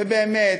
ובאמת